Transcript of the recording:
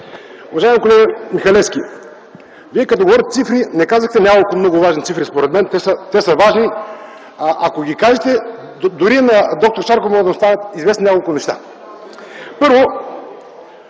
уважаеми колега Михалевски! Вие като говорихте цифри, не казахте няколко много важни цифри. Според мен те са важни. Ако ги кажете, дори и на д-р Шарков могат да му станат известни няколко неща. Първо,